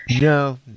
No